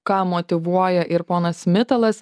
ką motyvuoja ir ponas mitalas